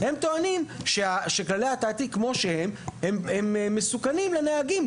הם טוענים שכללי התעתיק כמו שהם הם מסוכנים לנהגים,